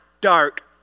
dark